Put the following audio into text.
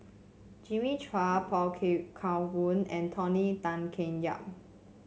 Jimmy Chua Pao Kun and Tony Tan Keng Yam